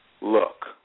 look